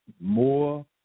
more